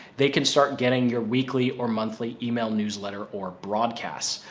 they can start getting your weekly or monthly email newsletter or broadcast.